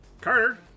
Carter